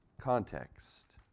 context